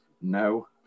No